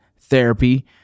therapy